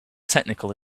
technical